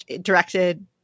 directed